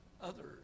others